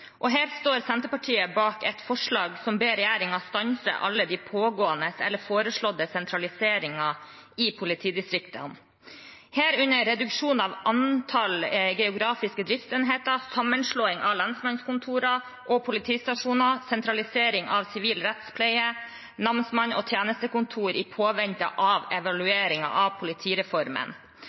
Her står Senterpartiet bak et forslag som ber regjeringen stanse all den pågående eller foreslåtte sentraliseringen i politidistriktene, herunder reduksjon av antall geografiske driftsenheter, sammenslåing av lensmannskontorer og politistasjoner, sentralisering av sivil rettspleie, namsmann og tjenestekontor, i påvente av evalueringen av politireformen.